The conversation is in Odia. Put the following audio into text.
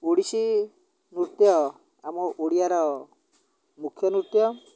ଓଡ଼ିଶୀ ନୃତ୍ୟ ଆମ ଓଡ଼ିଆର ମୁଖ୍ୟ ନୃତ୍ୟ